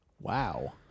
Wow